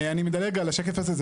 אני מדלג על השקף הזה,